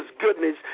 goodness